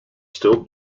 still